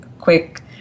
quick